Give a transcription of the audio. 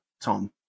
Tom